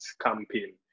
campaign